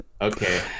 okay